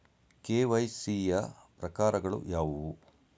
KYC ಯ ಪ್ರಕಾರಗಳು ಯಾವುವು?